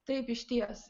taip išties